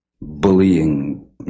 bullying